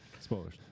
spoilers